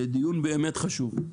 באמת חשוב,